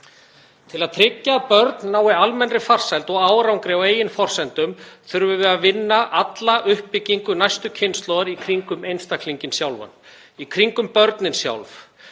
Til að tryggja að börn nái almennri farsæld og árangri á eigin forsendum þurfum við að vinna alla uppbyggingu næstu kynslóðar í kringum einstaklinginn sjálfan, í kringum börnin sjálf.